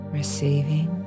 receiving